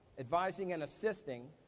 advising and assisting,